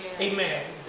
Amen